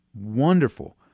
wonderful